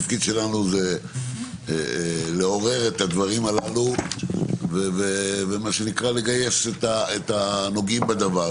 התפקיד שלנו זה לעורר את הדברים הללו ולגייס את הנוגעים בדבר.